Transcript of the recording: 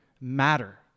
matter